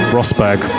Rosberg